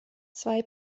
zwei